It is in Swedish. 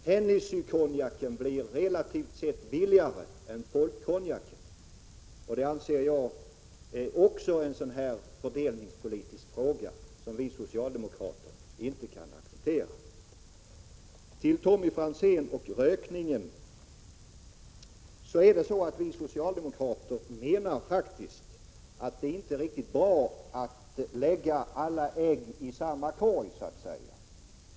Hennesy-konjaken gynnas på bekostnad av Folkkonjaken, och det är en fördelningspolitisk konsekvens som vi socialdemokrater inte kan acceptera. Till Tommy Franzén beträffande rökningen: Vi socialdemokrater menar faktiskt att det inte är riktigt bra att lägga alla ägg i samma korg, så att säga.